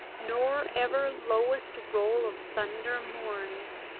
nor ever lowest roll of thunder mourns,